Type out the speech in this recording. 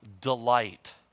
delight